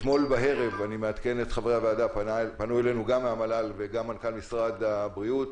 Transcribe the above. אתמול בערב פנו אלינו מהמל"ל וגם מנכ"ל משרד הבריאות,